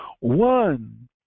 One